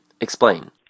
Explain